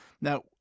now